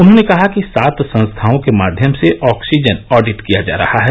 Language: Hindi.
उन्होंने कहा कि सात संस्थाओं के माध्यम से ऑक्सीजन ऑडिट किया जा रहा है